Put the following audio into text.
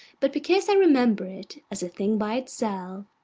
but because i remember it as a thing by itself,